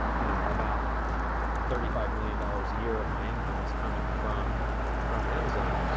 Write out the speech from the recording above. you know, about thirty five million dollars a year of my income is coming from from amazon.